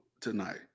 tonight